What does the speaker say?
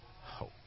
hope